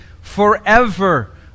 forever